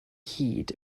hyd